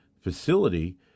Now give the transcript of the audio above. facility